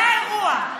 זה האירוע.